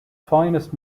finest